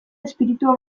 espiritua